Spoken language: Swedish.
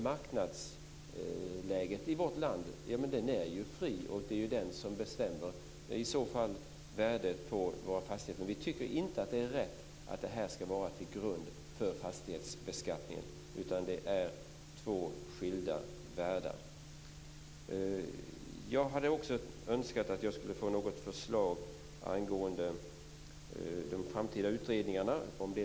Marknaden i vårt land är ju fri, och det är ju den som bestämmer värdet på våra fastigheter. Men vi tycker inte att det är rätt att det ska ligga till grund för fastighetsbeskattningen. Det är två skilda världar. Jag hade också önskat att jag skulle få något förslag angående de framtida utredningarna.